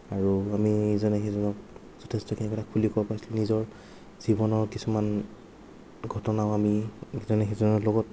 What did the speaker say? আৰু আমি ইজনে সিজনক যথেষ্টখিনি কথা খুলি ক'ব পাৰিছিলোঁ নিজৰ জীৱনৰ কিছুমান ঘটনাও আমি ইজনে সিজনৰ লগত